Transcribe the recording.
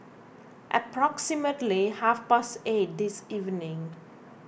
approximately half past eight this evening